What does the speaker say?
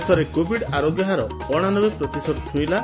ଦେଶରେ କୋଭିଡ୍ ଆରୋଗ୍ୟ ହାର ଅଣାନବେ ପ୍ରତିଶତ ଛୁଇଁଲା